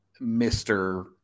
Mr